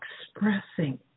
expressing